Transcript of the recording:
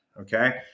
Okay